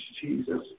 Jesus